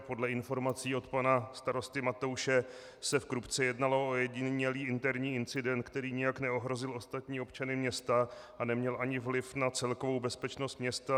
Podle informací od pana starosty Matouše se v Krupce jednalo o ojedinělý interní incident, který nijak neohrozil ostatní občany města a neměl ani vliv na celkovou bezpečnost města.